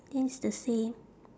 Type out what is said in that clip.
then it's the same